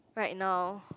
right now